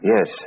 Yes